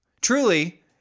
Truly